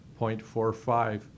0.45